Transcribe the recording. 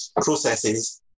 processes